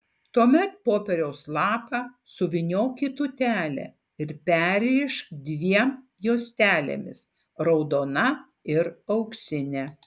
tuomet popieriaus lapą suvyniok į tūtelę ir perrišk dviem juostelėmis raudona ir auksine